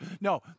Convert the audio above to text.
No